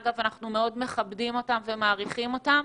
אנחנו מאוד מכבדים אותם ומעריכים אותם,